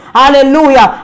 hallelujah